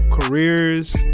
careers